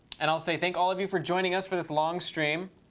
and i'll say, thank all of you for joining us for this long stream.